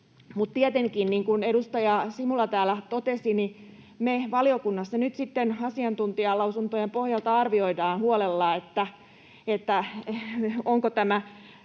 Tietenkin, niin kuin edustaja Simula täällä totesi, me valiokunnassa nyt sitten asiantuntijalausuntojen pohjalta arvioidaan huolella, onko tämä